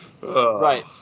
right